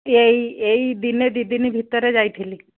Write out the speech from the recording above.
ଏଇ ଏଇ ଦିନେ ଦୁଇ ଦିନ ଭିତରେ ଯାଇଥିଲି